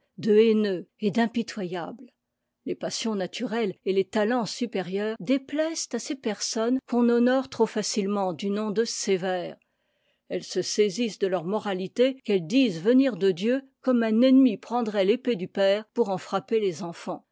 de haineux et d'impitoyable les passions naturelles et les talents supérieurs déplaisent à ces personnes qu'on honore trop facilement du nom de sévères elles se saisissent de leur moralité qu'elles disent venir de dieu comme un ennemi prendrait l'épée du père pour en frapper les enfants